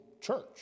church